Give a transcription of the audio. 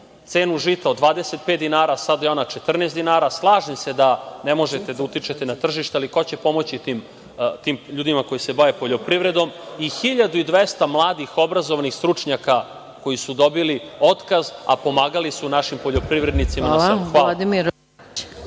cenu žita od 25 dinara, sada je ona 14 dinara, slažem se da ne možete da utičete na tržište, ali ko će pomoći tim ljudima koji se bave poljoprivredom i 1.200 mladih, obrazovanih stručnjaka koji su dobili otkaz, a pomagali su našim poljoprivrednicima na selu.